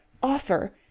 author